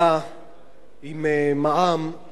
עם מע"מ, שהוא מס עקיף,